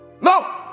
No